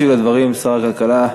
ישיב על הדברים שר הכלכלה,